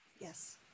Yes